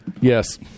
Yes